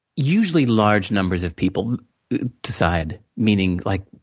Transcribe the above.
usually, large numbers of people decide. meaning, like,